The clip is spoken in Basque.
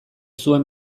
zuen